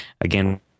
Again